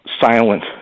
silent